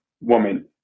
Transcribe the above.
woman